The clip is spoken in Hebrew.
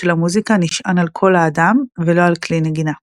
של המוזיקה נשען על קול אדם ולא על כלי נגינה.